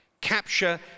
capture